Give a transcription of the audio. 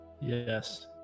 Yes